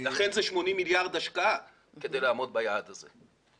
ביעד.לכן זאת השקעה של 80 מיליארד שקלים כדי לעמוד ביעד הזה.